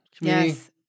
yes